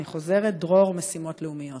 אני חוזרת: דרור משימות לאומיות.